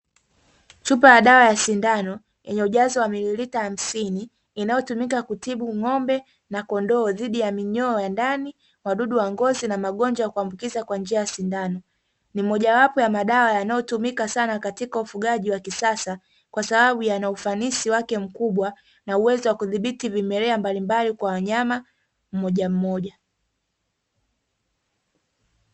Chupa ya dawa ya sindano yenye ujazo wa mililita hamsini, inayotumika kutibu ng'ombe na kondoo dhidi ya minyoo ya ndani, wadudu wa ngozi na magonjwa ya kuambukiza kwa njia ya sindano. Ni mojawapo ya madawa yanayotumika sana katika ufugaji wa kisasa, kwa sababu yana ufanisi wake mkubwa na uwezo wa kudhibiti vimelea mbalimbali kwa wanyama mojamoja.